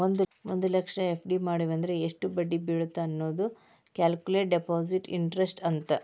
ಒಂದ್ ಲಕ್ಷ ಎಫ್.ಡಿ ಮಡಿವಂದ್ರ ಎಷ್ಟ್ ಬಡ್ಡಿ ಬೇಳತ್ತ ಅನ್ನೋದ ಕ್ಯಾಲ್ಕುಲೆಟ್ ಡೆಪಾಸಿಟ್ ಇಂಟರೆಸ್ಟ್ ಅಂತ